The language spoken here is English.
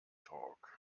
torque